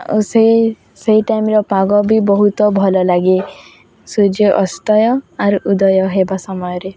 ଆଉ ସେଇ ସେଇ ଟାଇମ୍ର ପାଗ ବି ବହୁତ ଭଲ ଲାଗେ ସୂର୍ଯ୍ୟ ଅସ୍ତ ଆଉ ଉଦୟ ହେବା ସମୟରେ